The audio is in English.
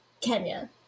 Kenya